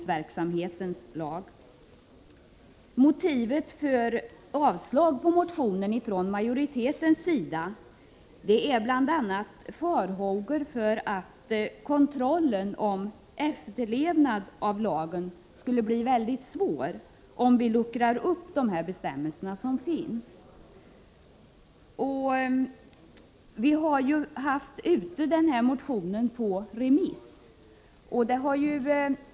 Majoritetens motiv för att avstyrka motionen är bl.a. farhågor för att kontrollen av efterlevnaden av lagen skulle bli mycket svår om vi luckrade upp de bestämmelser som finns. Vi har haft motionen ute på remiss.